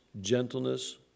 gentleness